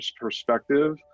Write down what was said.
perspective